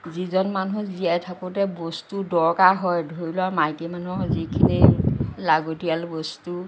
যিজন মানুহ জীয়াই থাকোঁতে বস্তু দৰকাৰ হয় ধৰি লোৱা মাইকী মানুহৰ যিখিনি লাগতীয়াল বস্তু